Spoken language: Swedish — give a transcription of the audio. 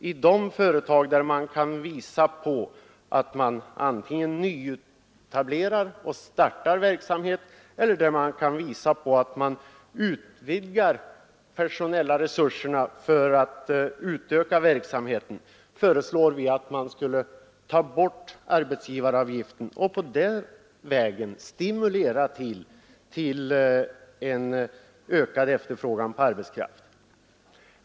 För de företag, som kan visa att man antingen nyetablerar och startar verksamhet eller utökar de personella resurserna för att utvidga verksamheten, föreslår vi att man skulle ta bort arbetsgivaravgiften och på den vägen stimulera till en ökad efterfrågan på arbetskraft.